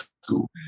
school